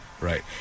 Right